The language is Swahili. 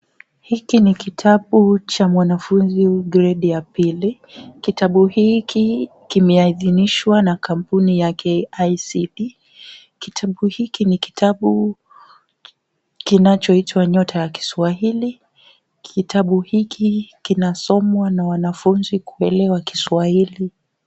Hiki ni kitabu cha mwanafunzi wa gredi ya pili, kitabu hiki kimeadhinishwa na kampuni ya KICD , kitabu hiki ni kitabu kinachoitwa Nyota ya Kiswahili ,kitabu hiki kinasomwa na wanafunzi kuelewa kiswahili .